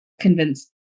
convince